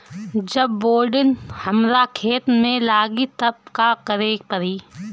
जब बोडिन हमारा खेत मे लागी तब का करे परी?